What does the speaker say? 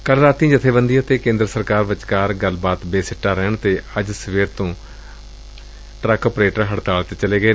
ਕੱਲ਼ ਰਾਤੀ ਜਥੇਬੰਦੀ ਅਤੇ ਕੇਂਦਰ ਸਰਕਾਰ ਵਿਚਕਾਰ ਗੱਲਬਾਤ ਬੇਸਿੱਟਾ ਰਹਿਣ ਤੇ ਅੱਜ ਸਵੇਰ ਤੋਂ ਹੜਤਾਲ ਤੇ ਚਲੇ ਗਏ